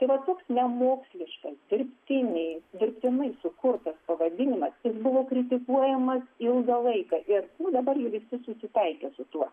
tai va toks nemoksliškas dirbtiniai dirbtinai sukurtas pavadinimas jis buvo kritikuojamas ilgą laiką ir nu dabar jau visi susitaikė su tuo